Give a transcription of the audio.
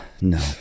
no